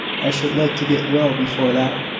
i should like to get well before that.